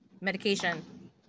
medication